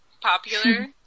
popular